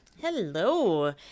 Hello